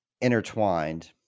intertwined